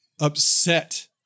upset